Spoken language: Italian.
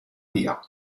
via